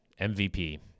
MVP